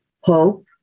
hope